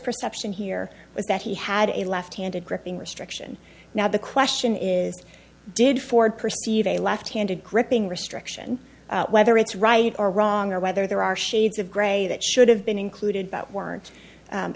perception here was that he had a left handed gripping restriction now the question is did ford perceive a left handed gripping restriction whether it's right or wrong or whether there are shades of gray that should have been included but weren't